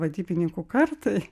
vadybininkų kartai